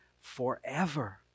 forever